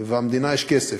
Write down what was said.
ולמדינה יש כסף.